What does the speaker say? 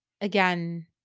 again